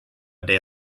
day